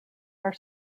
are